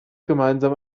gemeinsam